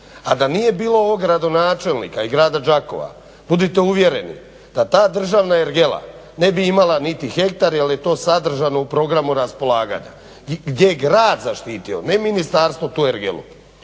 A da nije bilo ovog gradonačelnika i grada Đakova budite uvjereni da državna ergela ne bi imala niti hektar jer je to sadržano u programu raspolaganja gdje je grad zaštitio ne ministarstvo tu ergelu.